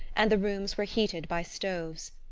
and the rooms were heated by stoves.